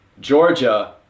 Georgia